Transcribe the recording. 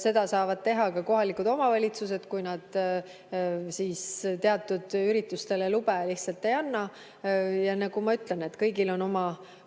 Seda saavad teha ka kohalikud omavalitsused, kui nad teatud üritustele lube lihtsalt ei anna. Ja nagu ma ütlesin, on kõigil oma roll.